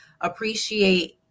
appreciate